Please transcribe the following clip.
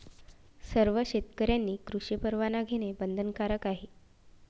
सर्व शेतकऱ्यांनी कृषी परवाना घेणे बंधनकारक आहे